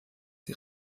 die